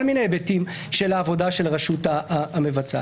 מיני היבטים של העבודה של הרשות המבצעת.